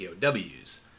POWs